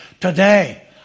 today